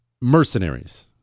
mercenaries